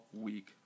week